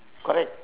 correct